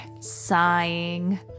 sighing